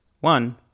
One